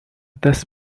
دست